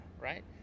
right